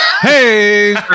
Hey